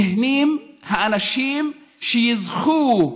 נהנים האנשים שיזכו,